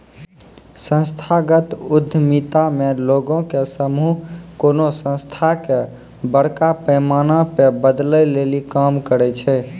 संस्थागत उद्यमिता मे लोगो के समूह कोनो संस्था के बड़का पैमाना पे बदलै लेली काम करै छै